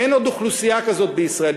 אין עוד אוכלוסייה כזאת בישראל,